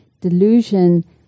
delusion